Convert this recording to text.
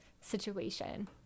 situation